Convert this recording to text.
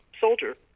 soldier